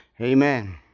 Amen